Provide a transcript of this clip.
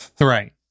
Right